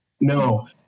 no